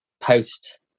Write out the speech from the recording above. post